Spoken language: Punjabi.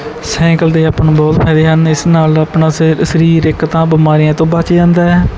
ਸੈਂਕਲ ਦੇ ਆਪਾਂ ਨੂੰ ਬਹੁਤ ਫਾਇਦੇ ਹਨ ਇਸ ਨਾਲ ਆਪਣਾ ਸ ਸਰੀਰ ਇੱਕ ਤਾਂ ਬਿਮਾਰੀਆਂ ਤੋਂ ਬਚ ਜਾਂਦਾ ਹੈ